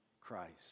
Christ